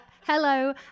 hello